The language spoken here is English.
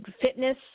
fitness